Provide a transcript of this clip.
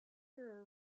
were